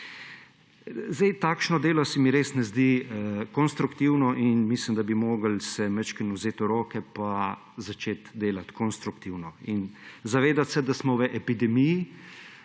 Takšno delo se mi res ne zdi konstruktivno in mislim, da bi se morali malo vzeti v roke in začeti delati konstruktivno. In se zavedati, da smo v epidemiji,